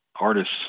artists